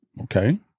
Okay